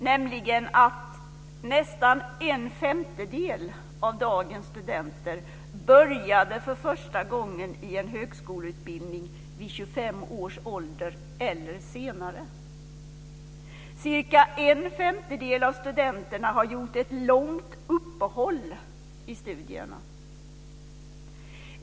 T.ex. började nästan en femtedel av dagens studenter för första gången i en högskoleutbildning vid 25 års ålder eller senare. Cirka en femtedel av studenterna har gjort ett långt uppehåll i studierna.